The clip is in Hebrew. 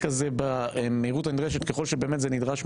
הזה במהירות הנדרשת ככל שבאמת זה נדרש,